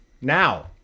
now